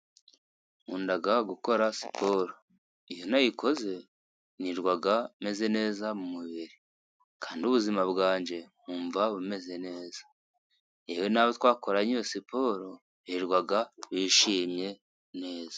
Nkunda gukora siporo. Iyo nayikoze, nirwa meze neza mu mubiri, kandi ubuzima bwanjye nkumva bumeze neza. Njyewe n'abo twakoranye, iyo siporo, birirwa bishimye neza.